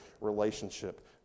relationship